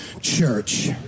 church